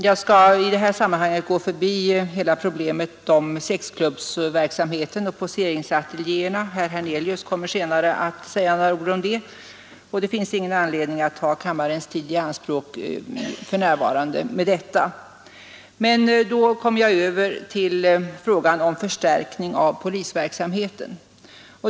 Jag skall i detta sammanhang gå förbi hela problemet om sexklubbsverksamheten och poseringsateljéerna. Herr Hernelius kommer senare att säga några ord om det, och det finns ingen anledning att nu ta kammarens tid i anspråk med detta. Jag övergår härefter till frågan om förstärkning av polisverksamheten.